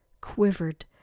quivered